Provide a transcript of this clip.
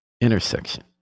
intersection